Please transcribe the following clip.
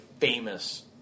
famous